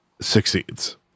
succeeds